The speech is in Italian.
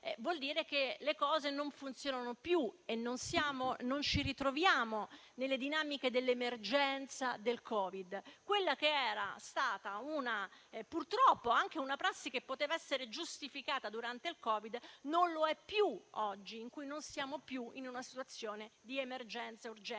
vuol dire che le cose non funzionano più. Non ci ritroviamo nelle dinamiche dell'emergenza del Covid. Quella che era stata purtroppo una prassi che poteva essere giustificata durante il Covid, non lo è più oggi, perché non siamo più in una situazione di emergenza-urgenza.